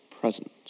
present